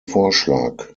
vorschlag